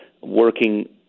working